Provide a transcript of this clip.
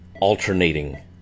alternating